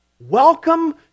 Welcome